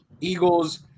Eagles